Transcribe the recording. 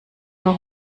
nur